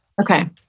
Okay